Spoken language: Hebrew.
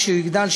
כשהוא יגדל,